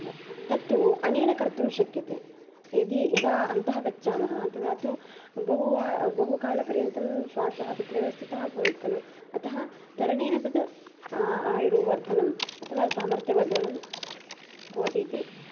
तत्तु अनेन कर्तुं शक्यते यदि यदा अन्तः गच्छामः तदा तु बहुवा बहुकालपर्यन्तं श्वासः तत्रैव स्थितः भवेत् खलु अतः तरणेन तत् आयुर्वर्धनं अथवा सामर्थ्यवर्धनं भवति इति